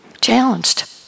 challenged